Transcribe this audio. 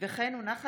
מאת חברי